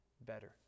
better